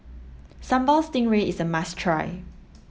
Sambal Stingray is a must try